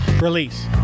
release